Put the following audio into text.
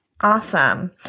Awesome